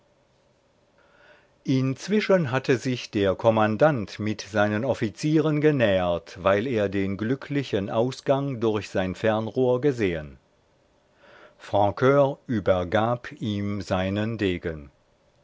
inzwischen hatte sich der kommandant mit seinen offizieren genähert weil er den glücklichen ausgang durch sein fernrohr gesehen francur übergab ihm seinen degen